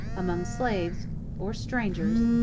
among slaves or strangers,